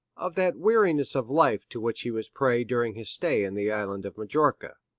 of that weariness of life to which he was prey during his stay in the island of majorca.